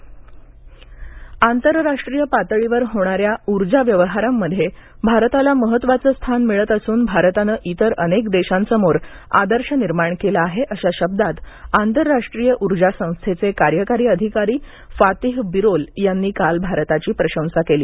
उर्जा संस्था आंतरराष्ट्रीय पातळीवर होणाऱ्या उर्जा व्यवहारांमध्ये भारताला महत्वाचं स्थान मिळत असून भारतानं इतर अनेक देशांसमोर आदर्श निर्माण केला आहे अशा शब्दात आंतरराष्ट्रीय उर्जा संस्थेचे कार्यकारी अधिकारी फातिह बिरोल यांनी काल भारताची प्रशंसा केली